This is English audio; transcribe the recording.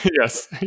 yes